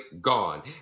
gone